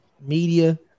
media